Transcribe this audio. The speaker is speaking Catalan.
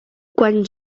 quan